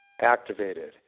activated